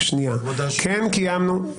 כן קיימנו.